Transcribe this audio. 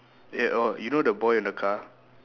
ya oh you know the boy in the car